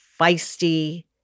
feisty